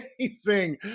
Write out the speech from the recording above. amazing